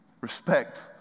Respect